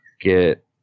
get